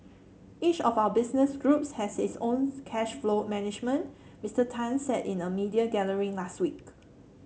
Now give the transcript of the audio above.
each of our business groups has its own cash flow management Mister Tan said in a media gathering last week